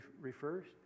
refers